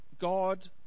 God